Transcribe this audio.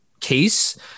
case